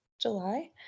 July